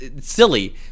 silly